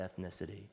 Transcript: ethnicity